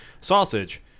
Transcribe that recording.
sausage